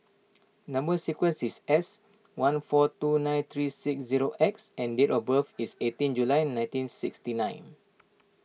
Number Sequence is S one four two nine three six zero X and date of birth is eighteen July nineteen sixty nine